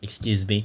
excuse me